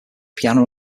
piano